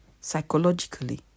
psychologically